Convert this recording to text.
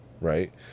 right